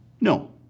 No